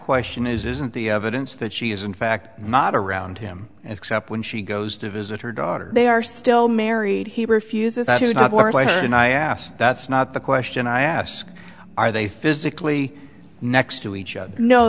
question is isn't the evidence that she is in fact not around him except when she goes to visit her daughter they are still married he refuses and i asked that's not the question i asked are they physically next to each other no